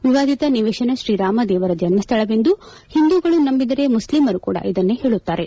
ವಿವಾದಿತ ನಿವೇಶನ ತ್ರೀರಾಮ ದೇವರ ಜನ್ಹ್ವಳವೆಂದು ಹಿಂದೂಗಳು ನಂಬಿದರೆ ಮುಸ್ಲಿಮರು ಕೂಡ ಇದನ್ನೇ ಹೇಳುತ್ತಾರೆ